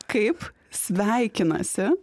kaip sveikinasi